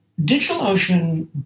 DigitalOcean